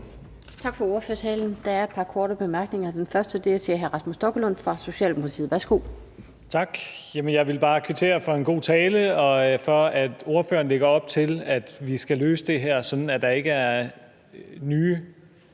Tak for ordførertalen. Der er et par korte bemærkninger. Den første er til hr. Rasmus Stoklund fra Socialdemokratiet. Værsgo. Kl. 13:26 Rasmus Stoklund (S): Tak. Jeg vil bare kvittere for en god tale og for, at ordføreren lægger op til, at vi skal løse det her, sådan at der ikke er